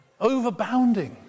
Overbounding